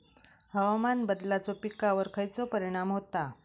हवामान बदलाचो पिकावर खयचो परिणाम होता?